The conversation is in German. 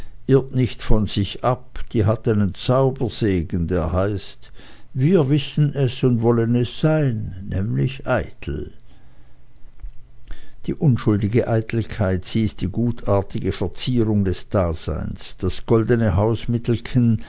irrt nicht von sich ab die hat einen zaubersegen der heißt wir wissen es und wollen es sein nämlich eitel die unschuldige eitelkeit sie ist die gutartige verzierung des daseins das goldene